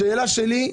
השאלה שלי,